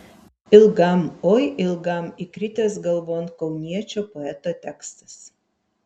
ilgam oi ilgam įkritęs galvon kauniečio poeto tekstas